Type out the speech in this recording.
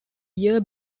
year